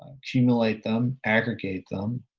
accumulate them, aggregate them,